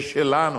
זה שלנו.